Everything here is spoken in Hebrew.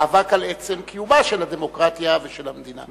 במאבק על עצם קיומה של הדמוקרטיה ושל המדינה.